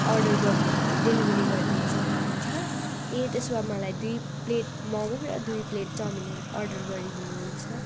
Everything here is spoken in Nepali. अर्डर गर्नु डेलिबेरी गर्दिनु सक्नुहुन्छ ए तेसो भा मलाई दुई प्लेट ममु र दुई प्लेट चौमिन अर्डर गरिदिनुहुन्छ